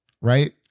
right